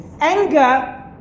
Anger